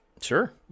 sure